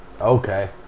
Okay